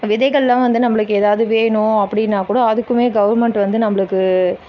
விதைகள்லாம் வந்து நம்பளுக்கு ஏதாவது வேணும் அப்படின்னா கூட அதுக்குமே கவர்மெண்ட் வந்து நம்பளுக்கு